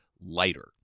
lighter